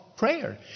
prayer